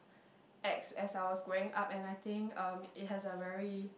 acts as I was growing up and I think um it has a very